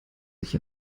sich